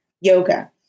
yoga